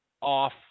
Off